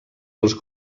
als